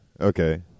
okay